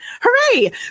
Hooray